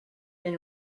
been